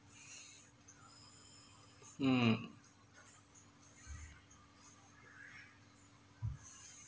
mm